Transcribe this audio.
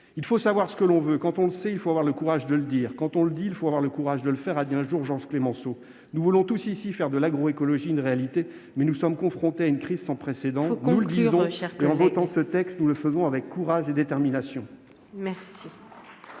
Il faut savoir ce que l'on veut. Quand on le sait, il faut avoir le courage de le dire. Quand on le dit, il faut avoir le courage de le faire », a dit un jour Georges Clemenceau. Nous voulons tous ici faire de l'agroécologie une réalité, mais nous sommes confrontés à une crise sans précédent ... Il faut vraiment conclure, cher collègue ! Nous le disons et, en votant ce texte, nous le faisons, avec courage et détermination